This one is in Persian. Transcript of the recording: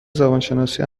زبانشناسی